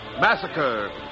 massacre